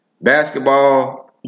basketball